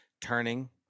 turning